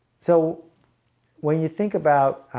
so when you think about